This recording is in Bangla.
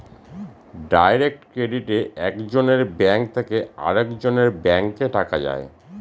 ডাইরেক্ট ক্রেডিটে এক জনের ব্যাঙ্ক থেকে আরেকজনের ব্যাঙ্কে টাকা যায়